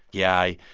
yeah,